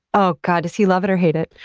oh, god. does he love it or hate it?